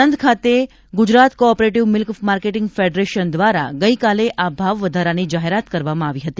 આણંદ ખાતે Gujarat cooperative milk marketing federation દ્વારા ગઇકાલે આ ભાવ વધારાની જાહેરાત કરવામાં આવી હતી